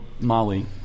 Molly